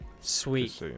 Sweet